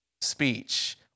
speech